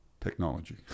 technology